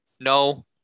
No